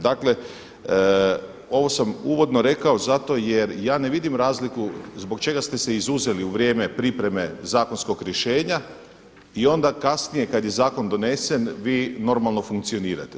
Dakle, ovo sam uvodno rekao zato jer ja ne vidim razliku zbog čega ste se izuzeli u vrijeme pripreme zakonskog rješenja i onda kasnije kad je zakon donesen vi normalno funkcionirate.